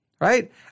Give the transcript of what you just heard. right